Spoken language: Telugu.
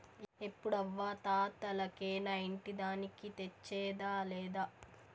ఎప్పుడూ అవ్వా తాతలకేనా ఇంటి దానికి తెచ్చేదా లేదా